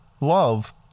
love